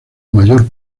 mayor